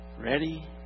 ready